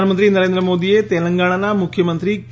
પ્રધાનમંત્રી નરેન્ળ મોદીએ તેલંગણાના મુખ્યમંત્રી કે